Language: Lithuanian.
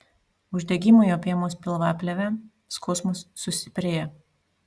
uždegimui apėmus pilvaplėvę skausmas sustiprėja